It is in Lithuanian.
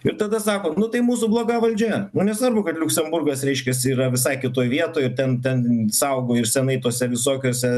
ir tada sako nu tai mūsų bloga valdžia nu nesvarbu kad liuksemburgas reiškias yra visai kitoj vietoj ten ten saugojus senai tuose visokiuse